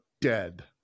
dead